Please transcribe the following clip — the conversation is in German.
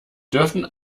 dürfen